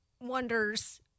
wonders